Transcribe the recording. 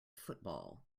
football